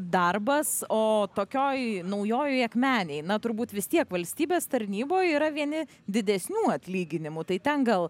darbas o tokioj naujojoj akmenėj na turbūt vis tiek valstybės tarnyboj yra vieni didesnių atlyginimų tai ten gal